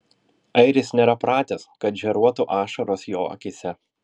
airis nėra pratęs kad žėruotų ašaros jo akyse